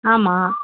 ஆமாம்